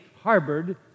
harbored